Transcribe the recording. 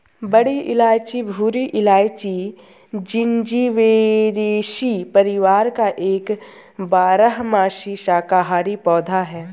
बड़ी इलायची भूरी इलायची, जिंजिबेरेसी परिवार का एक बारहमासी शाकाहारी पौधा है